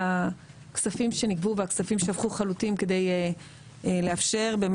הכספים שנגבו והכספים שהפכו חלוטים כדי לאפשר את